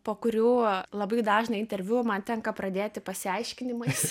po kurių labai dažną interviu man tenka pradėti pasiaiškinimais